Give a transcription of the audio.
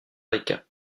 rica